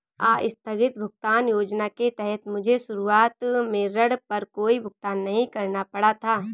आस्थगित भुगतान योजना के तहत मुझे शुरुआत में ऋण पर कोई भुगतान नहीं करना पड़ा था